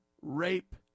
rape